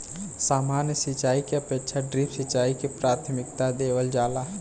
सामान्य सिंचाई के अपेक्षा ड्रिप सिंचाई के प्राथमिकता देवल जाला